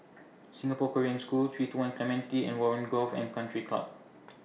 Singapore Korean School three two one Clementi and Warren Golf and Country Club